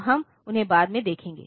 तो हम उन्हें बाद में देखेंगे